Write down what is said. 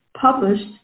published